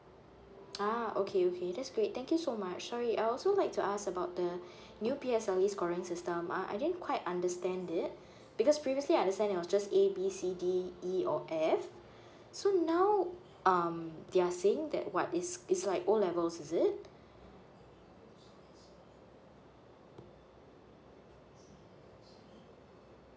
ah okay okay that's great thank you so much sorry I also like to ask about the new P S L E scoring system uh I didn't quite understand it because previously I understand that was just A B C D E or F so now um they're saying that what is is like O levels is it